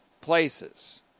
places